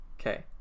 Okay